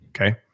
Okay